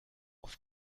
auf